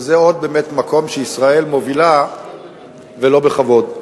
וזה באמת עוד מקום שישראל מובילה בו, ולא בכבוד.